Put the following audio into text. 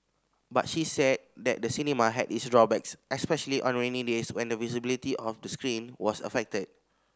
but she said that the cinema had its drawbacks especially on rainy days when the visibility of the screen was affected